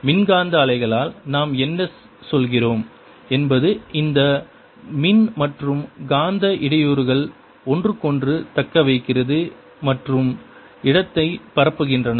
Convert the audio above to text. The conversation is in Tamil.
மின்காந்த அலைகளால் நாம் என்ன சொல்கிறோம் என்பது இந்த மின் மற்றும் காந்த இடையூறுகள் ஒன்றுக்கொன்று தக்க வைக்கிறது மற்றும் இடத்தை பரப்புகின்றன